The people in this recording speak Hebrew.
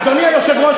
אדוני היושב-ראש,